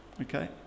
Okay